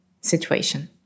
situation